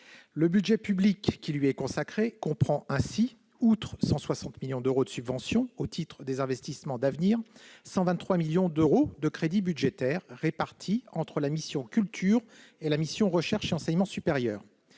Le budget public consacré à ce projet comprend ainsi, outre 160 millions d'euros de subventions au titre des investissements d'avenir, 123 millions d'euros de crédits budgétaires répartis entre la mission « Culture » et la mission « Recherche et enseignement supérieur